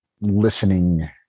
listening